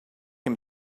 him